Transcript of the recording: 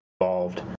involved